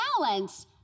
balance